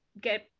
get